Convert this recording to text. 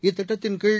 இத்திட்டத்தின்கீழ்